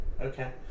Okay